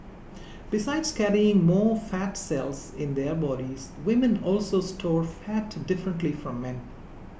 besides carrying more fat cells in their bodies women also store fat differently from men